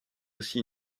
aussi